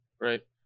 right